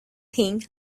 thing